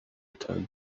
return